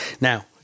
now